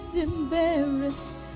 Embarrassed